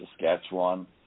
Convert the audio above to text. Saskatchewan